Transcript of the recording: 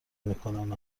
میکنن